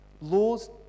Laws